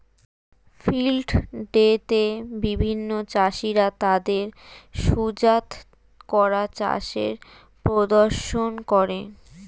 field day তে বিভিন্ন চাষীরা তাদের সুজাত করা চাষের প্রদর্শন করে